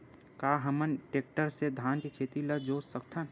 का हमन टेक्टर से धान के खेत ल जोत सकथन?